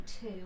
two